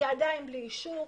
היא עדיין בלי אישור.